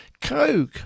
Coke